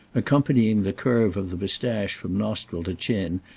accompanying the curve of the moustache from nostril to chin,